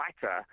fighter